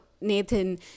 Nathan